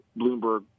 Bloomberg